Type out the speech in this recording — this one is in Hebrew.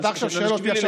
אתה עכשיו שואל אותי,